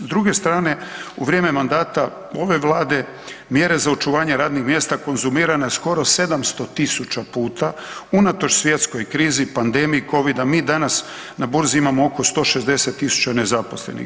S druge strane u vrijeme mandata ove Vlade mjere za očuvanje radnih mjesta konzumirana je skoro 700.000 puta unatoč svjetskoj krizi pandemiji Covida, mi danas na burzi imamo oko 160.000 nezaposlenih.